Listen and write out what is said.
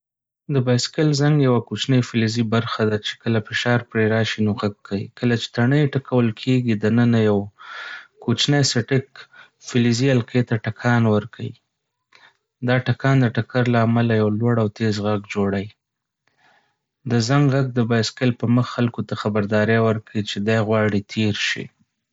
د بایسکل زنګ یوه کوچنۍ فلزي برخه ده چې کله پرې فشار راشي، نو غږ کوي. کله چې تڼۍ ټکول کېږي، دننه یوه کوچنی څټک فلزي حلقې ته ټکان ورکوي. دا ټکان د ټکر له امله یو لوړ او تیز غږ جوړوي. د زنګ غږ د بایسکل پر مخ خلکو ته خبرداری ورکوي چې دی غواړي تېر شي.